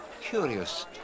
Curious